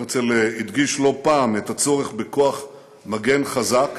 הרצל הדגיש לא פעם את הצורך בכוח מגן חזק,